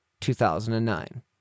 2009